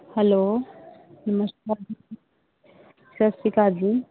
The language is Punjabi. ਹੈਲੋ ਨਮਸਕਾਰ ਜੀ ਸਤਿ ਸ਼੍ਰੀ ਅਕਾਲ ਜੀ